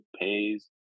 pays